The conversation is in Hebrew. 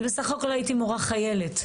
אני בסך הכול הייתי מורה חיילת.